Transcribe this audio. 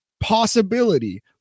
Possibility